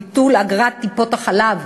ביטול אגרת טיפות-החלב.